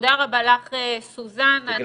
תודה רבה לך, סוזן.